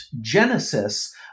genesis